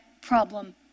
problem